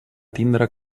tindre